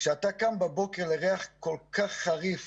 כשאתה קם בבוקר לריח כל כך חריף